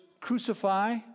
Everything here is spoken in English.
crucify